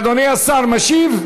אדוני השר משיב?